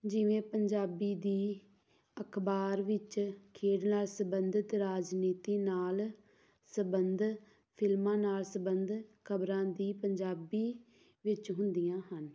ਜਿਵੇਂ ਪੰਜਾਬੀ ਦੀ ਅਖ਼ਬਾਰ ਵਿੱਚ ਖੇਡ ਨਾਲ ਸੰਬੰਧਿਤ ਰਾਜਨੀਤੀ ਨਾਲ ਸੰਬੰਧ ਫਿਲਮਾਂ ਨਾਲ ਸੰਬੰਧ ਖ਼ਬਰਾਂ ਵੀ ਪੰਜਾਬੀ ਵਿੱਚ ਹੁੰਦੀਆਂ ਹਨ